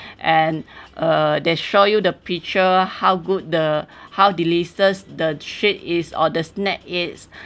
and uh they show you the picture how good the how delicious the sweet is or the snack is